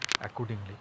accordingly